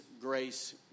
grace